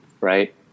right